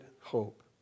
hope